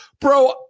Bro